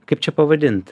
kaip čia pavadint